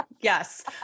Yes